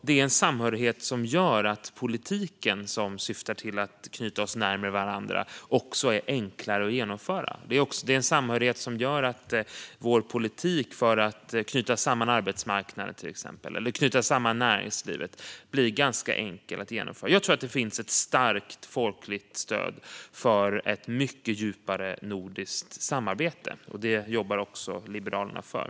Det är en samhörighet som också gör att politiken som syftar till att knyta oss närmare varandra är enklare att genomföra. Samhörigheten gör att vår politik för att knyta samman till exempel arbetsmarknaden eller näringslivet blir ganska enkel att genomföra. Jag tror att det finns ett starkt folkligt stöd för ett mycket djupare nordiskt samarbete. Det jobbar Liberalerna för.